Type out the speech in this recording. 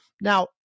Now